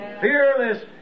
Fearless